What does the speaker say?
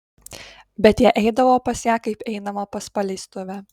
bet jie eidavo pas ją kaip einama pas paleistuvę